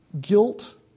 guilt